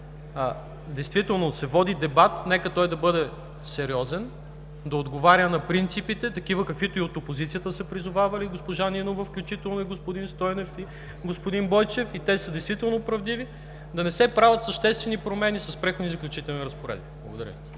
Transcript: действително се води дебат, нека той да бъде сериозен, да отговаря на принципите, такива каквито и от опозицията са призовавали – госпожа Нинова включително, и господин Стойнев, и господин Бойчев, и те са действително правдиви, да не се правят съществени промени с Преходни и заключителни разпоредби. Благодаря.